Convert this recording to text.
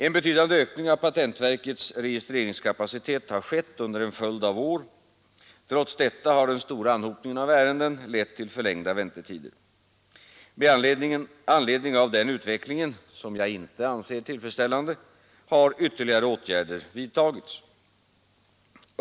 En betydande ökning av patentverkets registreringskapacitet har skett under en följd av år. Trots detta har den stora anhopningen av ärenden lett till förlängda väntetider. Med anledning av denna utveckling, som jag inte anser tillfredsställande, har ytterligare åtgärder vidtagits.